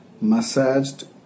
massaged